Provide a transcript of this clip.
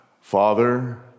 Father